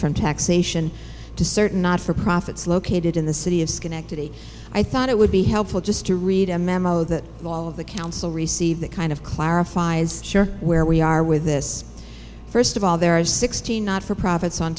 from taxation to certain not for profits located in the city of schenectady i thought it would be helpful just to read a memo that all of the council received that kind of clarifies where we are with this first of all there are sixty not for profits on